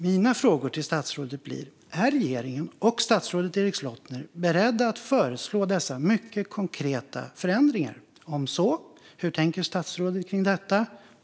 Mina frågor till statsrådet blir: Är regeringen och statsrådet Erik Slottner beredda att föreslå dessa mycket konkreta förändringar? Om man är det, hur tänker statsrådet kring detta?